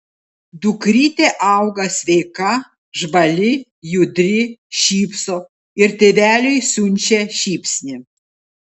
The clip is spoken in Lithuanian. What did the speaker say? dukrytė auga sveika žvali judri šypso ir tėveliui siunčia šypsnį